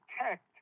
protect